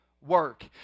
work